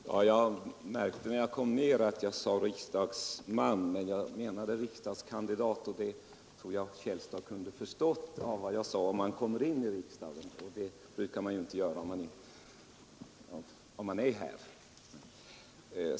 Herr talman! Jag märkte när jag kom ned i bänken att jag hade sagt riksdagsman när jag menade riksdagskandidat. Men det trodde jag att herr Källstad hade förstått, eftersom jag också tillade ”om han kommer hit”. Det gör man ju inte om det gäller en person som är ledamot här.